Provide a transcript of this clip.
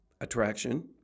attraction